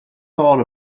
thought